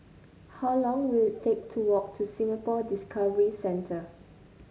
how long will it take to walk to Singapore Discovery Centre